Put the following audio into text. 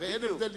הרי אין הבדל,